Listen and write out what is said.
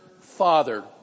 father